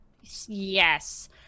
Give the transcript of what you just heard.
Yes